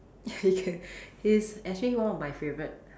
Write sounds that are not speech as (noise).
(laughs) K can he is actually one of my favourite